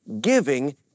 giving